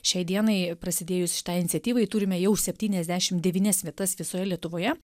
šiai dienai prasidėjus šitai iniciatyvai turime jau septyniasdešimt devynias vietas visoje lietuvoje